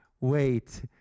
wait